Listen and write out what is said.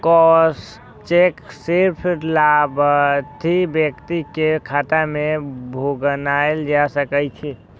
crossed cheque सिर्फ लाभार्थी व्यक्ति के खाता मे भुनाएल जा सकै छै